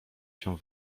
się